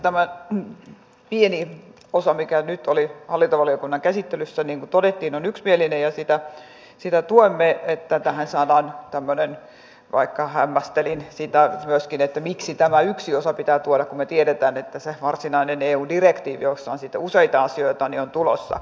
tämä pieni osa mikä nyt oli hallintovaliokunnan käsittelyssä on yksimielinen niin kuin todettiin ja tuemme sitä että tähän saadaan tämmöinen vaikka myöskin hämmästelin sitä miksi tämä yksi osa pitää tuoda kun me tiedämme että se varsinainen eu direktiivi jossa on sitten useita asioita on tulossa